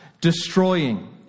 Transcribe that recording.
destroying